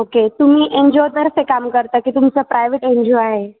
okay तुम्ही N G ओतर्फे काम करता की तुमचं प्रायवेट एन जी ओ आहे